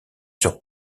sur